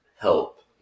help